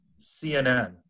CNN